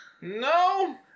No